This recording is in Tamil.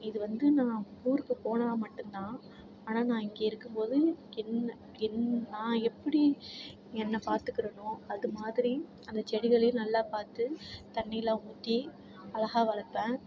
இது வந்து நான் ஊருக்கு போனால் மட்டும் தான் ஆனால் நான் இங்கே இருக்கும் போது என்ன என் நா எப்படி என்ன பார்த்துக்குறனோ அது மாதிரி அந்த செடிகளையும் நல்லா பார்த்து தண்ணியெலாம் ஊற்றி அழகாக வளர்ப்பேன்